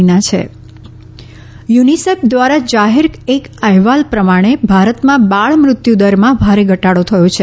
UNICEF UNICEF દ્વારા જાહેર એક અહેવાલ પ્રમાણે ભારતમાં બાળ મૃત્યુદરમાં ભારે ઘટાડો થયો છે